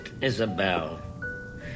Isabel